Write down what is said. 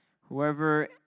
whoever